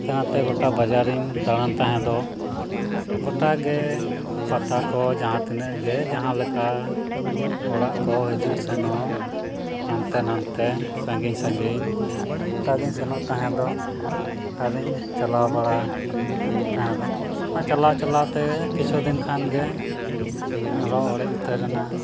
ᱦᱟᱱᱛᱮ ᱱᱟᱛᱮ ᱜᱚᱴᱟ ᱵᱟᱡᱟᱨᱤᱧ ᱫᱟᱲᱟᱱ ᱛᱟᱦᱮᱸᱫ ᱜᱚᱴᱟᱜᱮ ᱯᱟᱛᱟ ᱠᱚ ᱡᱟᱦᱟᱸ ᱛᱤᱱᱟᱹᱜ ᱜᱮ ᱡᱟᱦᱟᱸᱞᱮᱠᱟ ᱚᱲᱟᱜ ᱠᱚ ᱡᱤᱦᱩᱜ ᱥᱮᱱᱚᱜ ᱦᱟᱱᱛᱮ ᱱᱟᱛᱮ ᱥᱟᱺᱜᱤᱧ ᱥᱟᱺᱜᱤᱧ ᱜᱚᱴᱟᱜᱮᱧ ᱥᱮᱱᱚᱜ ᱛᱟᱦᱮᱫ ᱟᱨᱤᱧ ᱪᱟᱞᱟᱣ ᱵᱟᱲᱟ ᱛᱟᱦᱮᱸᱫ ᱪᱟᱞᱟᱣ ᱪᱟᱞᱟᱣᱛᱮ ᱠᱤᱪᱷᱩᱫᱤᱱ ᱠᱷᱟᱱᱜᱮ ᱟᱨᱚ ᱚᱲᱮᱡ ᱩᱛᱟᱹᱨᱮᱱᱟ